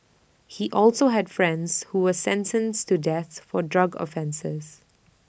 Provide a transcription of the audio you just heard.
he also had friends who were sentenced to death for drug offences